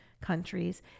countries